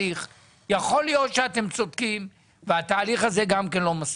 יכול להיות שאתם צודקים והתהליך הזה גם כן לא מספיק,